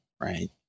right